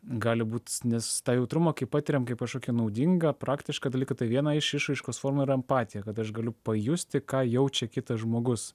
gali būt nes tą jautrumą kaip patiriam kaip kažkokį naudingą praktišką dalyką tai viena iš išraiškos formų yra empatija kad aš galiu pajusti ką jaučia kitas žmogus